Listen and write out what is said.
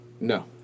No